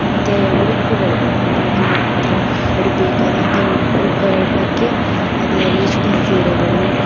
ಮತ್ತೆ ಉಡುಪುಗಳು ಅವರಿಗೆ ಥರ ಅವರಿಗೆ ಬೇಕಾದಂತಹ ಉಡುಪುಗಳ ಬಗ್ಗೆ ಅದೇ ರೇಷ್ಮೆ ಸೀರೆಗಳು